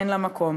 אין להן מקום.